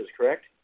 correct